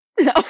No